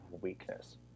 weakness